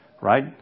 right